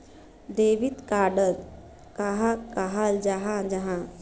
Debit card कहाक कहाल जाहा जाहा?